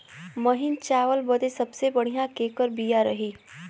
महीन चावल बदे सबसे बढ़िया केकर बिया रही?